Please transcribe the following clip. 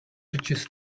riches